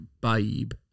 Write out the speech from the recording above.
Babe